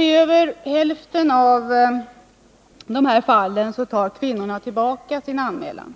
I över hälften av de här fallen tar kvinnorna tillbaka sin anmälan.